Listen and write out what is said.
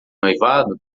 noivado